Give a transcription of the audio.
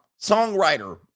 Songwriter